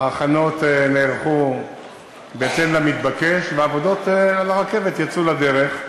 ההכנות נערכו בהתאם למתבקש והעבודות על הרכבת יצאו לדרך,